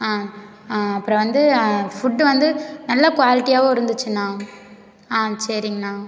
ஆ ஆ அப்புறம் வந்து ஃபுட்டு வந்து நல்ல குவாலிட்டியாகவும் இருந்துச்சுண்ணா ஆ சரிங்ண்ணா